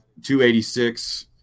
286